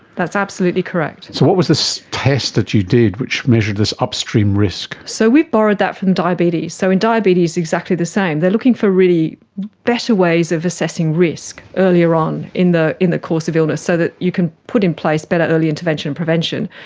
that's absolutely correct. so what was this test that you did which measured this upstream risk? so we borrowed that from diabetes, so in diabetes, exactly the same. they are looking for really better ways of assessing risk earlier on in the in the course of illness, so that you can put in place better early intervention and prevention.